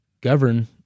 govern